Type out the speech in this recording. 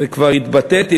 וכבר התבטאתי,